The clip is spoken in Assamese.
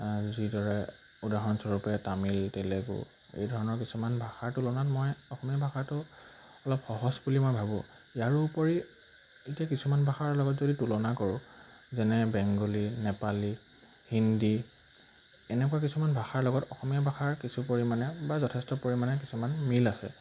যিদৰে উদাহৰণস্বৰূপে তামিল তেলেগু এই ধৰণৰ কিছুমান ভাষাৰ তুলনাত মই অসমীয়া ভাষাটো অলপ সহজ বুলি মই ভাবোঁ ইয়াৰোপৰি এতিয়া কিছুমান ভাষাৰ লগত যদি তুলনা কৰোঁ যেনে বেংগলী নেপালী হিন্দী এনেকুৱা কিছুমান ভাষাৰ লগত অসমীয়া ভাষাৰ কিছু পৰিমাণে বা যথেষ্ট পৰিমাণে কিছুমান মিল আছে